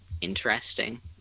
interesting